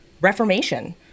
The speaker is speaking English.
reformation